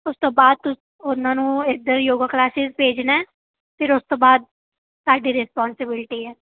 ਉਸ ਤੋਂ ਬਾਅਦ ਤੂੰ ਉਹਨਾਂ ਨੂੰ ਇਧਰ ਯੋਗਾ ਕਲਾਸੀਸ ਭੇਜਣਾ ਹੈ ਫਿਰ ਉਸ ਤੋਂ ਬਾਅਦ ਸਾਡੀ ਰਿਸਪੋਂਸਬਿਲਟੀ ਹੈ